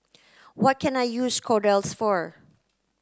what can I use Kordel's for